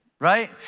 Right